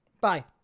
Bye